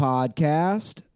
Podcast